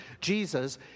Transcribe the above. Jesus